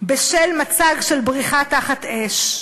בשל מצג של בריחה תחת אש.